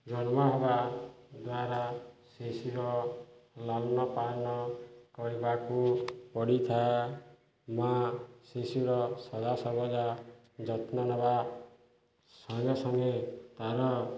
ଜନ୍ମ ହେବା ଦ୍ୱାରା ଶିଶୁର ଲାଳନ ପାଳନ କରିବାକୁ ପଡ଼ିଥାଏ ମା ଶିଶୁର ସଦାସର୍ବଦା ଯତ୍ନ ନେବା ସଙ୍ଗେ ସଙ୍ଗେ ତାର